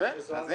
זאת התשובה.